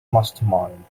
mastermind